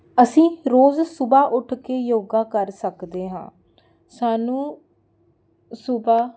ਅਸੀਂ ਰੋਜ਼ ਸੁਬਹਾ ਉੱਠ ਕੇ ਯੋਗਾ ਕਰ ਸਕਦੇ ਹਾਂ ਸਾਨੂੰ ਸੁਬਹਾ